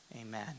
Amen